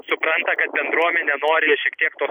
supranta kad bendruomenė nori šiek tiek tos kul